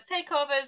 takeovers